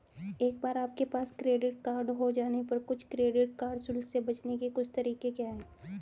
एक बार आपके पास क्रेडिट कार्ड हो जाने पर कुछ क्रेडिट कार्ड शुल्क से बचने के कुछ तरीके क्या हैं?